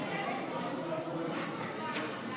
אדוני היושב-ראש, מה זה הנוהל החדש הזה?